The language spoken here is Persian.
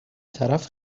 طرف